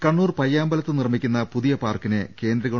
കണ്ണൂർ പയ്യാമ്പലത്ത് നിർമിക്കുന്ന പുതിയ പാർക്കിനെ കേന്ദ്ര ഗവ